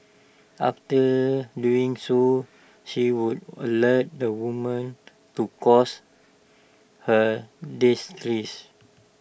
after doing so she would alert the woman to cause her distress